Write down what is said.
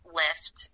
lift